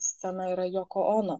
scena yra joko ono